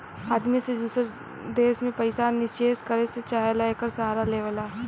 आदमी जे दूसर देश मे पइसा निचेस करे के चाहेला, एकर सहारा लेवला